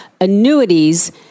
annuities